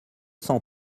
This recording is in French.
cent